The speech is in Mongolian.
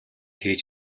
хийж